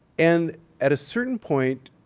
and at a certain point,